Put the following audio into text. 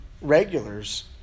regulars